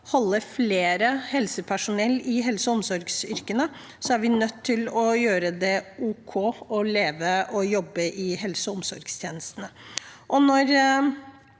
holde flere helsepersonell i helse- og omsorgsyrkene, er vi nødt til å gjøre det ok å jobbe i helse- og omsorgstjenestene.